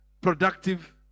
productive